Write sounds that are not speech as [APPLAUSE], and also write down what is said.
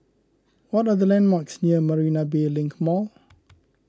what are the landmarks near Marina Bay Link Mall [NOISE]